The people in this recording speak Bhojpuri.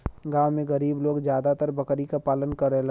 गांव में गरीब लोग जादातर बकरी क पालन करलन